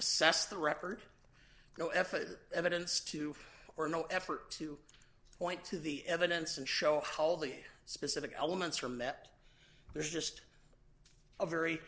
assess the record no effort evidence to or no effort to point to the evidence and show how all the specific elements are met there's just a very